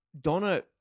Donna